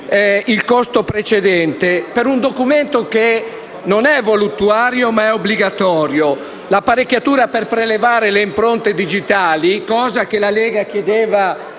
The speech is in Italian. di quattro volte per un documento che non è voluttuario, ma obbligatorio. L'apparecchiatura per prelevare le impronte digitali - cosa che la Lega ha